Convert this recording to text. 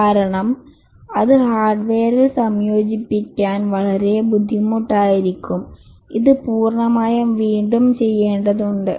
കാരണം അത് ഹാർഡ്വെയറിൽ സംയോജിപ്പിക്കാൻ വളരെ ബുദ്ധിമുട്ടായിരിക്കും ഇത് പൂർണ്ണമായും വീണ്ടും ചെയ്യേണ്ടതുണ്ട്